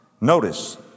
Notice